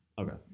Okay